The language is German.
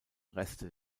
reste